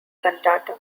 cantata